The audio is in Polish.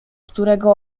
którego